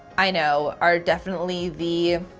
i know are definitely the